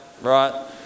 right